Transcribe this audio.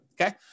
Okay